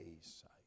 sight